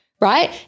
right